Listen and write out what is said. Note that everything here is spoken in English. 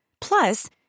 Plus